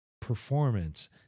performance